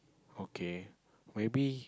okay maybe